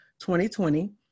2020